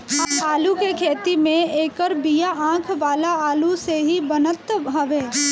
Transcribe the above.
आलू के खेती में एकर बिया आँख वाला आलू से ही बनत हवे